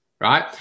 right